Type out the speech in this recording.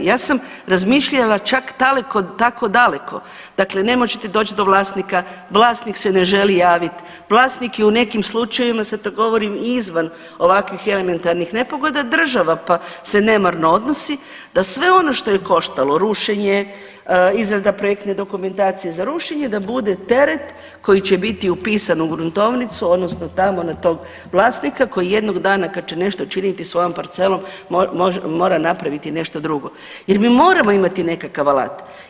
Ja sam razmišljala čak tako daleko, dakle ne možete doć do vlasnika, vlasnik se ne želi javit, vlasnik je u nekim slučajevima, sad to govorim izvan ovakvih elementarnih nepogoda, država, pa se nemarno odnosi, da sve ono što je koštalo rušenje, izrada projektne dokumentacije za rušenje da bude teret koji će biti upisan u gruntovnicu odnosno tamo na tog vlasnika koji jednog dana kad će nešto činiti sa svojom parcelom mora napraviti nešto drugo jer mi moramo imati nekakav alat.